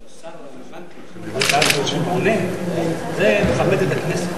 השר הרלוונטי, כשהוא עונה, זה מכבד את הכנסת.